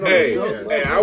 Hey